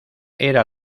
era